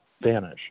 vanish